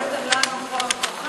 הבאתם לנו פה כוכב.